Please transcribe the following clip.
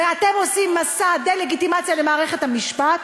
ואתם עושים מסע דה-לגיטימציה למערכת המשפט,